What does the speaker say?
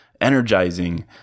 energizing